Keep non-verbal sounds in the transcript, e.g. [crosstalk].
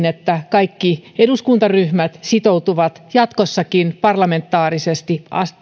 [unintelligible] että kaikki eduskuntaryhmät sitoutuvat jatkossakin parlamentaarisesti